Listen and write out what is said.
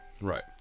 right